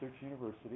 university